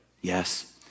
Yes